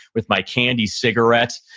with my candy cigarettes.